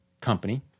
company